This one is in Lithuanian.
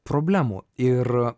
problemų ir